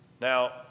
Now